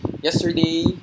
yesterday